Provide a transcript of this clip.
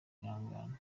kwihangana